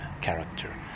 character